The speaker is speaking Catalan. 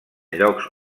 llocs